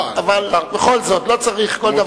אבל בכל זאת, לא צריך על כל דבר להשיב.